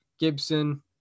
Gibson